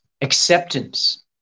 acceptance